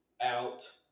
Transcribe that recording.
out